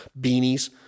beanies